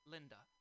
Linda